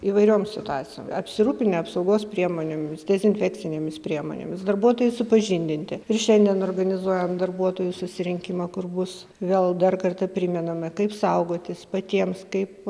įvairioms situacijom apsirūpinę apsaugos priemonėmis dezinfekcinėmis priemonėmis darbuotojai supažindinti ir šiandien organizuojam darbuotojų susirinkimą kur bus vėl dar kartą primename kaip saugotis patiems kaip